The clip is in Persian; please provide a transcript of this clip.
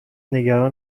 نگران